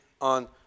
on